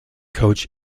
coach